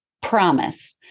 promise